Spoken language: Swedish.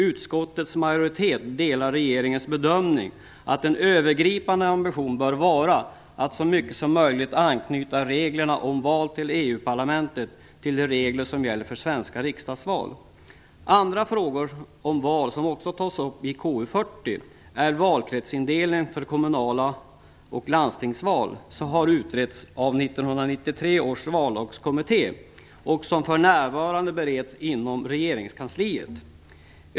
Utskottets majoritet delar regeringens bedömning att en övergripande ambition bör vara att så mycket som möjligt anknyta reglerna om val till EU-parlamentet till de regler som gäller för svenska riksdagsval. Andra frågor om val som tas upp i KU40 gäller valkretsindelning vid kommunala val och landstingsval. Detta har utretts av 1993 års vallagskommitté. För närvarande bereds frågan inom regeringskansliet.